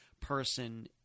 person